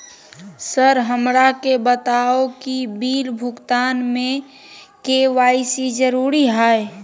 Sir हमरा के बताओ कि बिल भुगतान में के.वाई.सी जरूरी हाई?